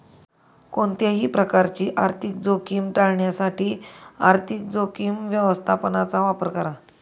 कोणत्याही प्रकारची आर्थिक जोखीम टाळण्यासाठी आर्थिक जोखीम व्यवस्थापनाचा वापर करा